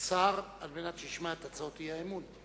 שר שישמע את הצעות האי-אמון.